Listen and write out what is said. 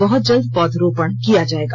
बहुत जल्द पौध रोपण किया जाएगा